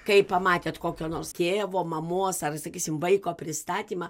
kai pamatėt kokio nors tėvo mamos ar sakysim vaiko pristatymą